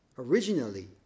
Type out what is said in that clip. Originally